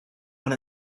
when